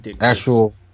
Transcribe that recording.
Actual